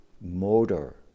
motor